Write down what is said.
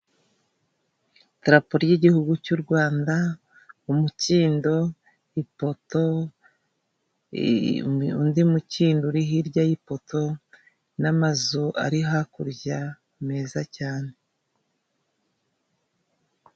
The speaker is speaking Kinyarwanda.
Idarapo ry'Igihugu cy' u Rwanda, umukindo, ipoto, undi mukindo uri hirya y'ipoto n'amazu ari hakurya meza cyane.